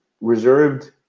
reserved